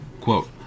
Quote